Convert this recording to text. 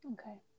Okay